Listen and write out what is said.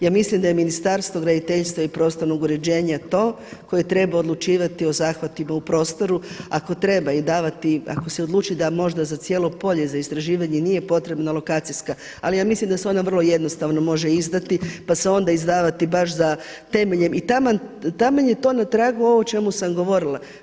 Ja mislim da je Ministarstvo graditeljstva i prostornog uređenja to koje treba odlučivati o zahvatima u prostoru ako treba i davati ako se odluči da možda za cijelo polje za istraživanje nije potrebna lokacijska ali ja mislim da se ona vrlo jednostavno može izdati pa se onda izdavati onda baš temeljem i taman je to na tragu ovoga o čemu sam govorila.